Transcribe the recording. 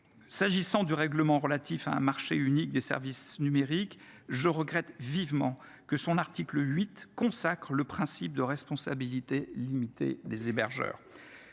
s’agissant du règlement relatif à un marché unique des services numériques, je regrette vivement que son article 8 consacre le principe de responsabilité limitée des hébergeurs.